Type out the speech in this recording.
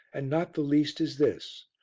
and not the least is this,